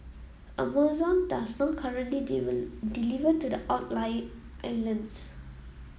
Amazon does not currently deliver to the outlying islands